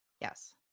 Yes